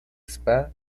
spa